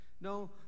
No